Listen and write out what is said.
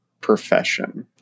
profession